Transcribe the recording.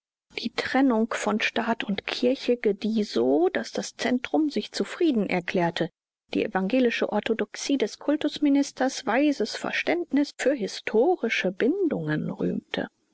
die trennung von staat und kirche gedieh so daß das zentrum sich zufrieden erklärte die evangelische orthodoxie des kultusministers weises verständnis für historische bindungen rühmte